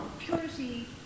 purity